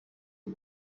ubu